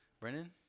brennan